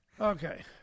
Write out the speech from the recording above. Okay